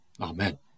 Amen